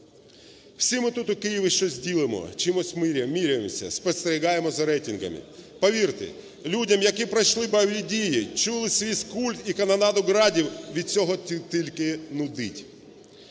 Всі ми тут, у Києві, щось ділимо, чимось міряємося, спостерігаємо за рейтингами. Повірте, людям, які пройшли бойові дії, чули свист куль і канонаду "градів", від цього тільки нудить.